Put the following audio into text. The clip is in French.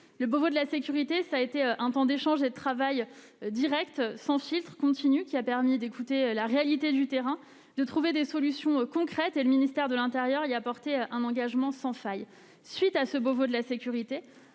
Le Beauvau de la sécurité a été un temps d'échange et de travail direct, sans filtre et continu, qui a permis d'écouter la réalité du terrain et de trouver des solutions concrètes : le ministère de l'intérieur y a apporté un engagement sans faille. À la suite du Beauvau, le Président